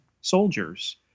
soldiers